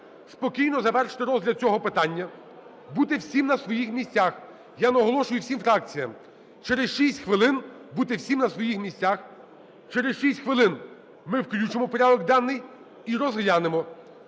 спокійно завершити розгляд цього питання, бути всім на своїх місцях. Я наголошую всім фракціям: через 6 хвилин бути всім на своїх місцях, через 6 хвилин ми включимо в порядок денний і розглянемо.